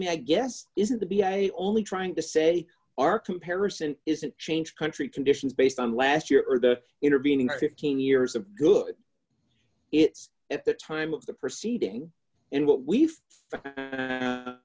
mean i guess isn't the be i only trying to say our comparison isn't changed country conditions based on last year or the intervening fifteen years of good it's at the time of the proceeding and what we've